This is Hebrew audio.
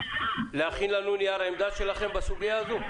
להכין לנו נייר עמדה שלכם בסוגיה הזאת?